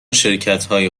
شرکتهای